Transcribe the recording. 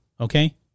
Okay